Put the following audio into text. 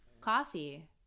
coffee